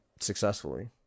successfully